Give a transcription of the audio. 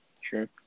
Sure